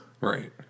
Right